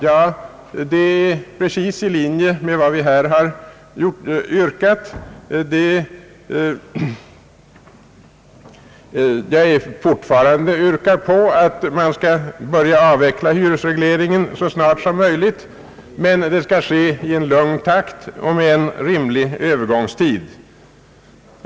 Ja, det är precis i linje med vad vi här har yrkat, att hyresregleringen skall börja avvecklas så snart som möjligt, men att det skall ske i en lugn takt och med en rimlig övergångstid.